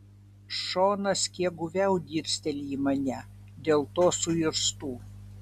šonas kiek guviau dirsteli į mane dėl to suirztu